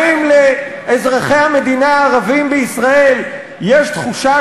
האם לאזרחי המדינה הערבים בישראל יש תחושה